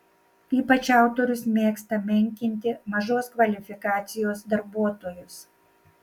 ypač autorius mėgsta menkinti mažos kvalifikacijos darbuotojus